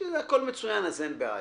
כשהכול מצוין אז אין בעיה.